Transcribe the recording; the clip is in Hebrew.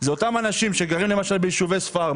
אלה אותם אנשים שגרים למשל ביישובי ספר,